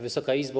Wysoka Izbo!